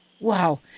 Wow